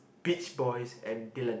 Beach Boys and Dylan